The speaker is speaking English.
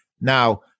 now